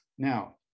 Now